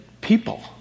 people